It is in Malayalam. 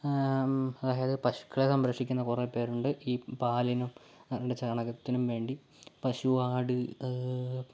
അതായത് പശുക്കളെ സംരക്ഷിക്കുന്ന കുറേ പേരുണ്ട് ഈ പാലിനും അതിൻ്റെ ചാണകത്തിനും വേണ്ടി പശു ആട്